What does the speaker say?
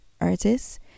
Artist